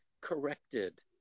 corrected